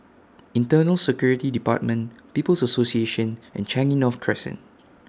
Internal Security department People's Association and Changi North Crescent